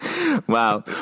Wow